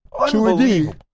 Unbelievable